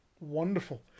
Wonderful